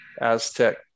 Aztec